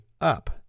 up